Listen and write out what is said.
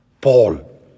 Paul